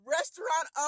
Restaurant